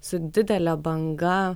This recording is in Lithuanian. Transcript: su didele banga